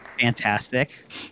fantastic